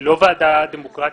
היא לא ועדה דמוקרטית,